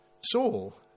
Saul